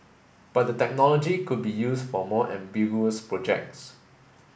but the technology could be used for more ambiguous projects